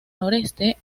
noreste